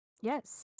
Yes